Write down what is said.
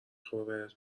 خوره